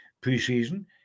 pre-season